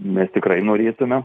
mes tikrai norėtume